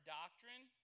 doctrine